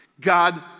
God